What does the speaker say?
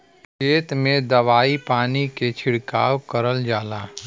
खेत में दवाई पानी के छिड़काव करल जाला